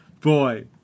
boy